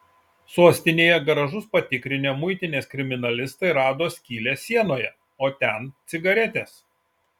sostinėje garažus patikrinę muitinės kriminalistai rado skylę sienoje o ten cigaretės